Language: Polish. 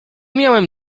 miałem